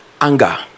anger